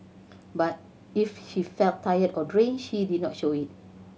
but if she felt tired or drained she did not show it